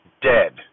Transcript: dead